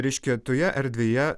reiškia toje erdvėje